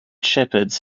shepherds